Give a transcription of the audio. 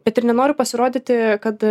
bet ir nenoriu pasirodyti kad